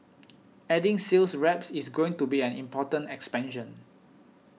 adding sales reps is going to be an important expansion